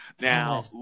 Now